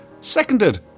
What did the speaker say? Seconded